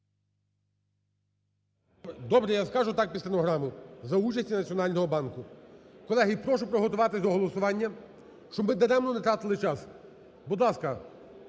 Добре, я скажу так під стенограму, за участі Національного банку. Колеги, прошу приготуватися до голосування, щоб ми даремно не тратили час. Будь ласка,